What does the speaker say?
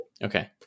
Okay